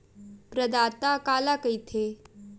प्रदाता काला कइथे?